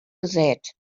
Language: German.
gesät